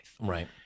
Right